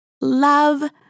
love